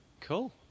Cool